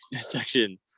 section